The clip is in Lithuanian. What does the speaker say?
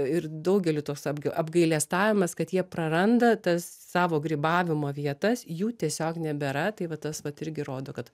ir daugelį toks apga apgailestavimas kad jie praranda tas savo grybavimo vietas jų tiesiog nebėra tai vat tas vat irgi rodo kad